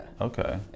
okay